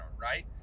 right